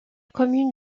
commune